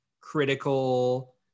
critical